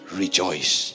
rejoice